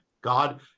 God